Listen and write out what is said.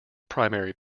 primary